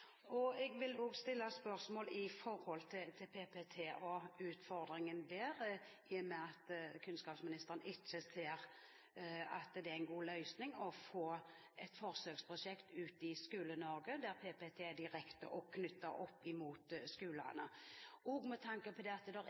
94. Jeg vil også stille spørsmål om PPT og utfordringen der, i og med at kunnskapsministeren ikke ser at det er en god løsning å få et forsøksprosjekt ut i Skole-Norge der PPT er direkte knyttet opp mot skolene, også med tanke på at det